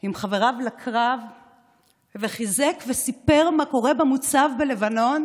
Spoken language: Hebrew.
עם חבריו לקרב וחיזק וסיפר מה קורה במוצב בלבנון